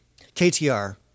KTR